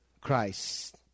Christ